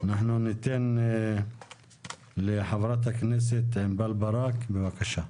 אנחנו ניתן לחברת כנסת ענבר בזק בבקשה.